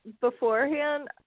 beforehand